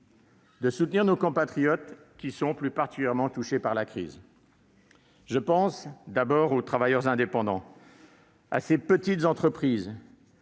de soutenir nos compatriotes qui sont plus particulièrement touchés par la crise. Je pense tout d'abord aux travailleurs indépendants, à ces petites entreprises